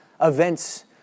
events